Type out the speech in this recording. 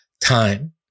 time